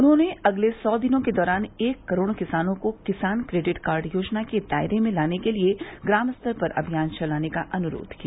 उन्होंने अगले सौ दिनों के दौरान एक करोड़ किसानों को किसान क्रेडिट कार्ड योजना के दायरे में लाने के लिए ग्रामस्तर पर अभियान चलाने का अनुरोध किया